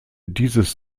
dieses